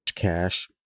Cash